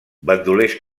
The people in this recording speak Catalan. bandolers